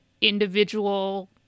individual